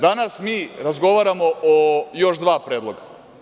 Danas mi razgovaramo o još dva predloga.